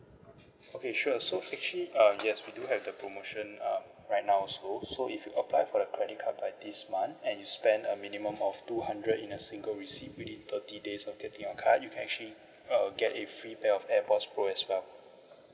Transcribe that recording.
okay sure so actually uh yes we do have the promotion um right now also so if you apply for the credit card by this month and you spend a minimum of two hundred in a single receipt within thirty days of getting your card you can actually uh get a free pair of airpods pro as well